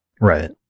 Right